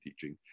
teaching